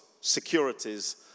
securities